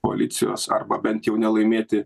koalicijos arba bent jau nelaimėti